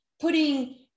putting